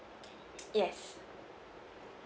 yes